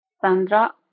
Sandra